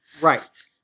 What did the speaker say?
Right